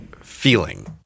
feeling